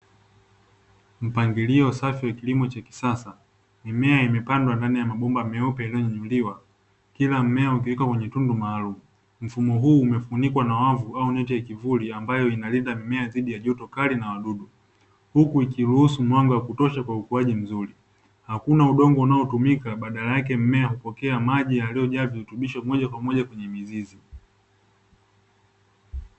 Mpangilio safi kwa kilimo cha kisasa. Mimea imepandwa ndani ya mabomba meupe yaliyonyanyuliwa, kila mmea ukiwekwa kwenye tundu maalumu. Mfumo huu umefunikwa na wavu au neti ya kivuli ambayo inalinda mmea dhidi ya joto kali na wadudu, huku ikiruhusu mwanga wa kutosha kwa ajili ya ukuaji mzuri. Hakuna udongo unautumika, badala yake mmea hupokea maji yaliyojaa virutubisho moja kwa moja kwenye mizizi.